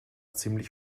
ziemlich